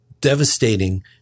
devastating